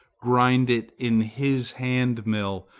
grind it in his hand-mill,